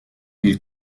ils